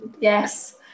yes